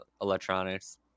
electronics